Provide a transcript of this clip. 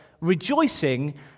rejoicing